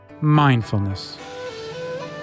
mindfulness